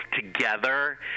together